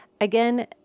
again